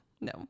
No